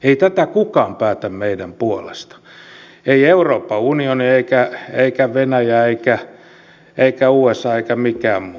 ei tätä kukaan päätä meidän puolestamme ei euroopan unioni eikä venäjä eikä usa eikä mikään muu